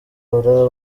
ora